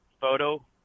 photo